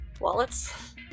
wallets